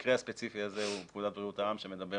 במקרה הספציפי הזה הוא פקודת בריאות העם שמדבר